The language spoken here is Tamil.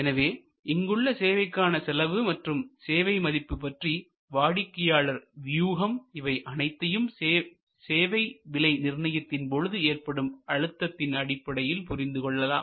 எனவே இங்குள்ள சேவைக்கான செலவு மற்றும் சேவை மதிப்பு பற்றி வாடிக்கையாளர் வியூகம் இவை அனைத்தையும் சேவை விலை நிர்ணயத்தின் போது ஏற்படும் அழுத்தத்தின் அடிப்படையில் புரிந்து கொள்ளலாம்